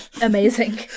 Amazing